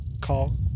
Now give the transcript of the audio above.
call